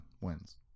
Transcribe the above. wins